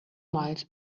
miles